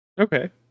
Okay